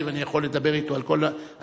ואני יכול לדבר אתו על כל ההיסטוריה.